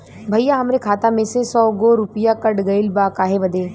भईया हमरे खाता में से सौ गो रूपया कट गईल बा काहे बदे?